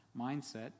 mindset